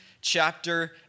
chapter